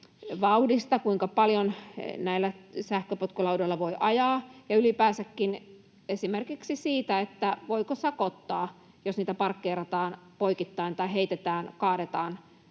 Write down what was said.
vauhdista — kuinka paljon näillä sähköpotkulaudoilla voi ajaa — ja ylipäänsäkin esimerkiksi siitä, voiko sakottaa, jos niitä parkkeerataan poikittain tai heitetään, kaadetaan.